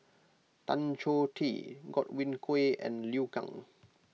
Tan Choh Tee Godwin Koay and Liu Kang